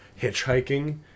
hitchhiking